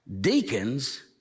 Deacons